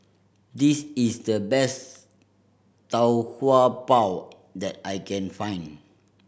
this is the best Tau Kwa Pau that I can find